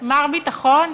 מר ביטחון?